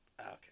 Okay